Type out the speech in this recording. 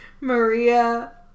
Maria